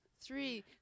three